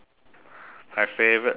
my favourite thing ah